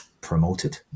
promoted